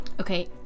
Okay